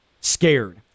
scared